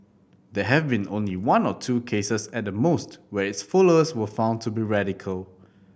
there have been only one or two cases at the most where its followers were found to be radical